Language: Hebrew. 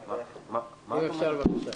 אם אפשר, בבקשה.